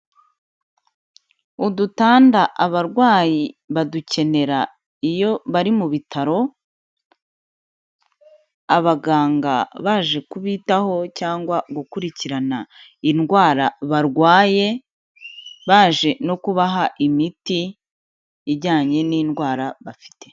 Udutanda abarwayi badukenera iyo bari mu bitaro, abaganga baje kubitaho cyangwa gukurikirana indwara barwaye, baje no kubaha imiti ijyanye n'indwara bafite.